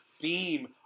theme